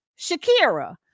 Shakira